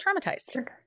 traumatized